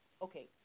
okay